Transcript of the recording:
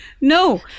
no